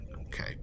Okay